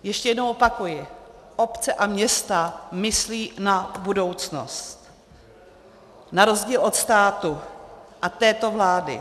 Ještě jednou opakuji, obce a města myslí na budoucnost, na rozdíl od státu a této vlády.